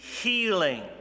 healing